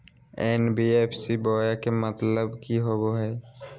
NBFC बोया के मतलब कि होवे हय?